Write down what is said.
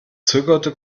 zögerte